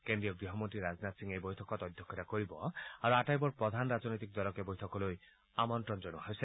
কেজ্ৰীয় গৃহমন্ত্ৰী ৰাজনাথ সিঙে এই বৈঠকত অধ্যক্ষতা কৰিব আৰু আটাইবোৰ প্ৰধান ৰাজনৈতিক দলকে বৈঠকলৈ আমন্ত্ৰণ জনোৱা হৈছে